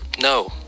No